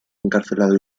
encarcelado